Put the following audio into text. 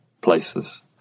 places